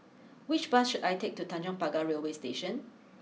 which bus should I take to Tanjong Pagar Railway Station